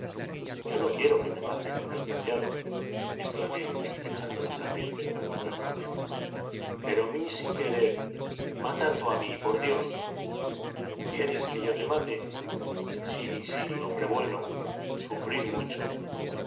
yo no quiero que te maten desgraciado exclamé estrechando las ardientes manos del joven pero mí sí querer matar tú a mí por dios quieres que yo te mate sí sí hombre bueno sufrir mucho